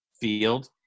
field